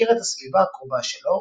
החוקר את הסביבה הקרובה שלו